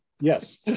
yes